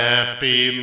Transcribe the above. Happy